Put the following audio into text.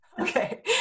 Okay